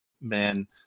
man